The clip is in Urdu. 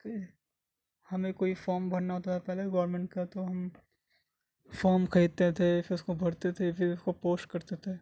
کہ ہمیں کوئی فام بھرنا ہوتا تھا پہلے گورنمنٹ کا تو ہم فام خریدتے تھے پھر اس کو بھرتے تھے پھر اس کو پوسٹ کرتے تھے